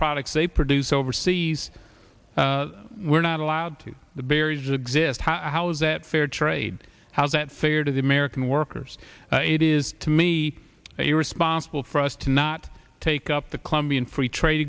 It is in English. products they produce overseas we're not allowed to the barriers exist how is that fair trade how is that fair to the american workers it is to me irresponsible for us to not take up the colombian free trade